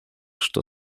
что